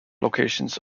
locations